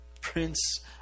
Prince